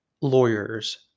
lawyers